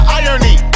irony